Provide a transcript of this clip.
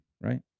right